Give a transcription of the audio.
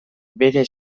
bere